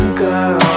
girl